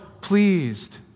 pleased